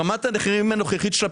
ברמת המחירים הנוכחית של הפחם,